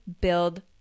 build